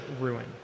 ruin